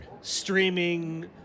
Streaming